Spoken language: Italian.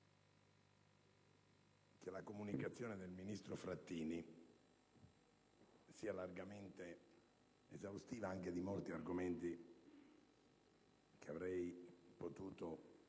che la comunicazione del ministro Frattini sia largamente esaustiva anche di molti argomenti che avrei potuto